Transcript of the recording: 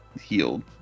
healed